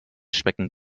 schmecken